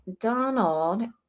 Donald